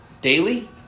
daily